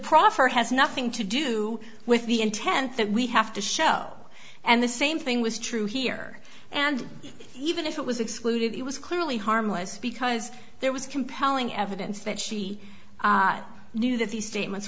proffer has nothing to do with the intent that we have to show and the same thing was true here and even if it was excluded it was clearly harmless because there was compelling evidence that she knew that these statements